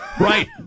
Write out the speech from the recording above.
right